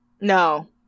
No